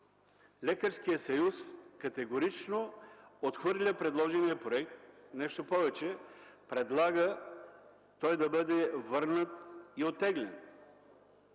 Лекарският съюз категорично отхвърля предложения проект. Нещо повече – предлага той да бъде върнат и оттеглен.